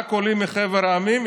רק עולים מחבר המדינות,